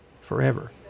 forever